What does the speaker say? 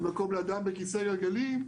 ומקום לאדם עם כיסא גלגלים.